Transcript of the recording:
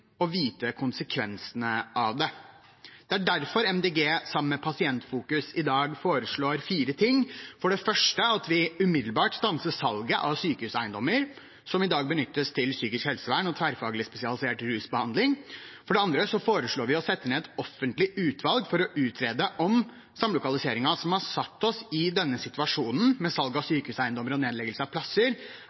vite konsekvensene av det. Det er derfor Miljøpartiet De Grønne sammen med Pasientfokus i dag foreslår fire ting. For det første foreslår vi at vi umiddelbart stanser salget av sykehuseiendommer som i dag benyttes til psykisk helsevern og tverrfaglig spesialisert rusbehandling. For det andre foreslår vi å sette ned et offentlig utvalg for å utrede om samlokaliseringen som har satt oss i denne situasjonen, med salg av sykehuseiendommer og nedleggelse av plasser,